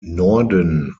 norden